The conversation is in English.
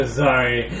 sorry